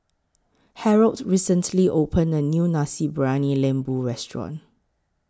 Harold recently opened A New Nasi Briyani Lembu Restaurant